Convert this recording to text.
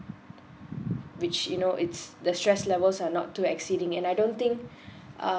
which you know it's the stress levels are not too acceding and I don't think uh